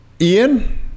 Ian